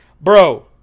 bro